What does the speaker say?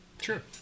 Sure